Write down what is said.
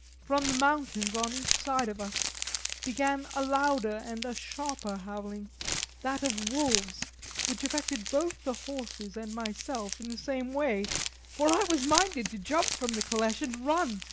from the mountains on each side of us began a louder and a sharper howling that of wolves which affected both the horses and myself in the same way for i was minded to jump from the caleche and run,